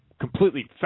completely